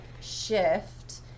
shift